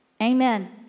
Amen